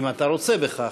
אם אתה רוצה בכך,